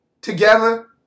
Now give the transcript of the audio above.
together